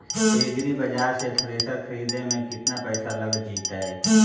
एग्रिबाजार से थ्रेसर खरिदे में केतना पैसा लग जितै?